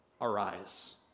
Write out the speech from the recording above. arise